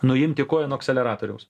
nuimti koją nuo akceleratoriaus